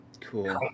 cool